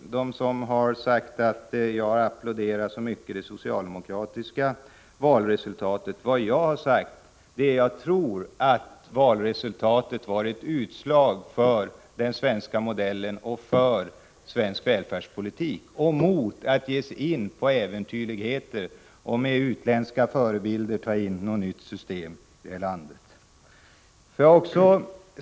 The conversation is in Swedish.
Till dem som har sagt att jag applåderat det socialdemokratiska valresulta tet vill jag säga att jag tror att valresultatet var ett utslag för den svenska modellen, för svensk välfärdspolitik och mot att ge sig in på äventyrligheter att med utländska förebilder införa ett nytt system i landet.